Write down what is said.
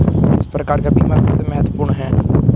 किस प्रकार का बीमा सबसे महत्वपूर्ण है?